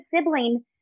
sibling